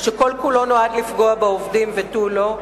שכל כולו נועד לפגוע בעובדים ותו לא.